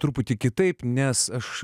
truputį kitaip nes aš